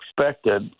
expected